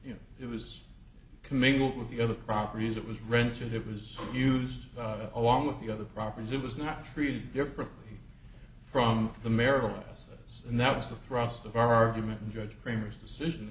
know it was commingle it was the other properties it was rented it was used along with the other properties it was not treated differently from the marital assets and that was the thrust of our argument and judge kramer's decision